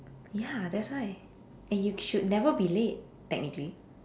ya that's why and you should never be late technically